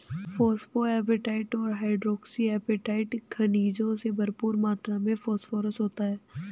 phosphoapatite और hydroxy apatite खनिजों में भरपूर मात्र में फोस्फोरस होता है